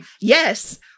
yes